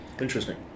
Interesting